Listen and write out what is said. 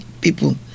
people